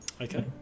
Okay